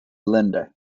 allende